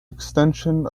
extension